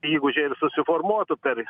įgūdžiai ir susiformuotų per